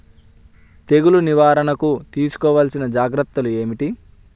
తెగులు నివారణకు తీసుకోవలసిన జాగ్రత్తలు ఏమిటీ?